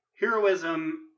heroism